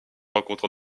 rencontre